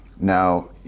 Now